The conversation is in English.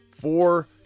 Four